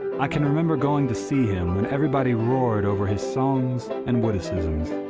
i can remember going to see him, when everybody roared over his songs and witticisms,